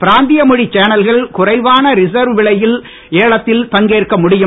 பிராந்திய மொழிச் சேனல்கள் குறைவான ரிசர்வ் விலையில் ஏலத்தில் பங்கேற்க முடியும்